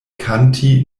kanti